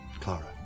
Clara